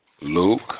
Luke